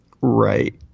Right